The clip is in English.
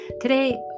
Today